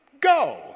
go